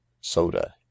soda